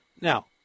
Now